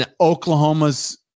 Oklahoma's